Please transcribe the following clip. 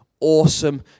awesome